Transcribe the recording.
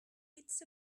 hits